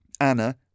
Anna